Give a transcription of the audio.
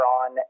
on